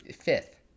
fifth